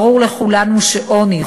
ברור לכולנו שעוני,